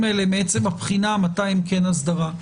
האלה מעצם הבחינה מתי הם כן אסדרה.